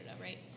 right